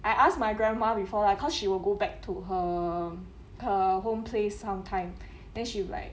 I ask my grandma before lah cause she will go back to her her home place some time then she was like